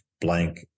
blank